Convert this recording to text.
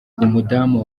umudamu